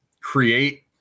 create